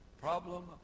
Problem